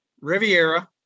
Riviera